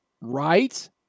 right